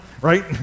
right